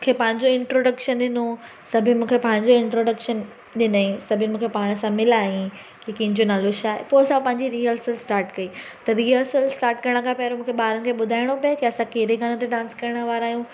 खे पंहिंजो इंट्रोडक्शन ॾिनो सभु मूंखे पंहिंजो इंट्रोडक्शन ॾिनई सभिनी मूंखे पाणि सां मिलायई कंहिं कंहिंजो नालो छाहे पोइ असां पंहिंजी रीअसल स्टाट कई त रीअसल स्टाट करण खां पहिरों मूंखे बारनि खे बुधाइणो पिए की असां कहिड़े गाने ते डान्स करण वारा आहियूं